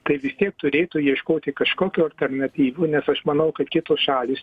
tai vis tiek turėtų ieškoti kažkokių alternatyvų nes aš manau kad kitos šalys